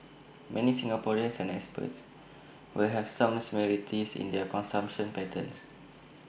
many Singaporeans and expats will have some similarities in their consumption patterns